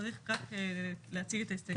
צריך רק להציג את ההסתייגויות.